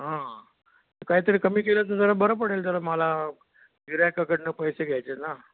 हां कायतरी कमी केलं तर जरा बरं पडेल जरा मला गिऱ्हाइकाकडून पैसे घ्यायचे ना